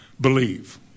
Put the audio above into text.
believe